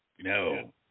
No